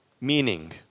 Meaning